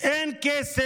בהצעת החוק אין כסף